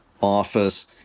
office